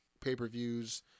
pay-per-views